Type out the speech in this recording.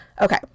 Okay